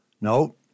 No